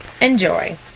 Enjoy